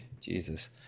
Jesus